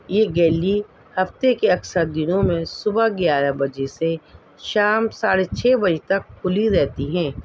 یہ گیلی ہفتے کے اکثر دنوں میں صبح گیارہ بجے سے شام ساڑھے چھ بجے تک کھلی رہتی ہیں